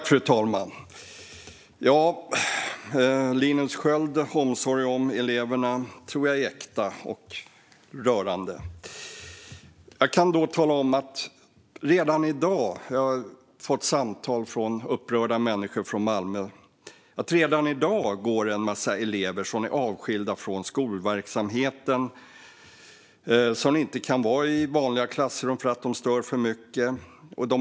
Fru talman! Linus Skölds omsorg om eleverna är äkta, tror jag, och rörande. Jag har fått samtal från upprörda människor i Malmö och kan tala om att det redan i dag är en massa elever som inte kan vara i vanliga klassrum för att de stör för mycket som är avskilda från skolverksamheten.